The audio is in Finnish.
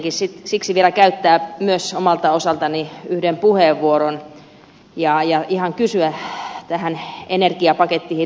rohkenenkin siksi vielä käyttää myös omalta osaltani yhden puheenvuoron ja ihan kysyä tähän energiapakettiin liittyen